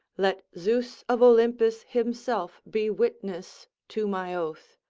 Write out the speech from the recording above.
let zeus of olympus himself be witness to my oath,